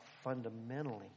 fundamentally